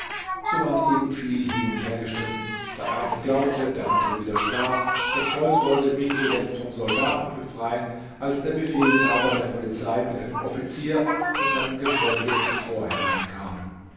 so ward eben viel hin und her gestritten der eine glaubte der andere widersprach das volk wollte mich zuletzt vom soldaten befreien als der befehlshaber der polizei mit einem offizier und seinem gefolge zum tor hereinkamen